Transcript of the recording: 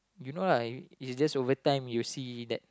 you know lah it's just over time you'll see that